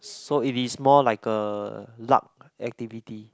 so it is more like a luck activity